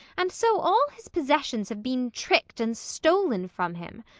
and so all his possessions have been tricked and stolen from him.